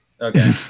Okay